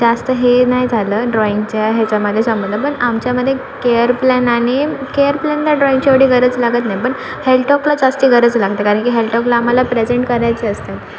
जास्त हे नाही झालं ड्रॉइंगच्या ह्याच्यामध्ये जमलं पण आमच्यामध्ये केअर प्लॅन आणि केअर प्लॅनला ड्रॉइंगची एवढी गरज लागत नाही पण हेलटॉपला जास्त गरज लागते कारण की हेलटॉपला आम्हाला प्रेझेंट करायचं असतं